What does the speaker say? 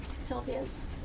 Sylvia's